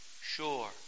sure